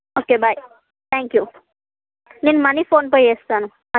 okay bye thank you నేను money PhonePe చేస్తాను